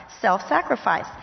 self-sacrifice